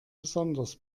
besonders